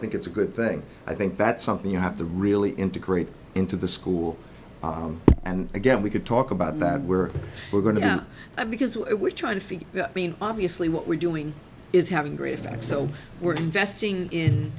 think it's a good thing i think that's something you have to really integrate into the school and again we could talk about that where we're going to because we're trying to figure mean obviously what we're doing is having great effects so we're investing in